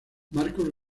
marcos